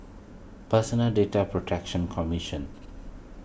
Personal Data Protection Commission